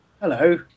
Hello